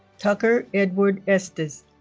tucker edward estes